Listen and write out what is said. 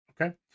okay